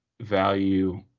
value